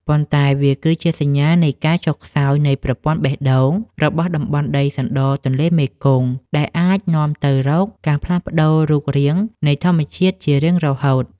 ប៉ុន្តែវាគឺជាសញ្ញានៃការចុះខ្សោយនៃប្រព័ន្ធបេះដូងរបស់តំបន់ដីសណ្ដទន្លេមេគង្គ ដែលអាចនាំទៅរកការផ្លាស់ប្តូររូបរាងនៃធម្មជាតិជារៀងរហូត។